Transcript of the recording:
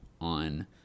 on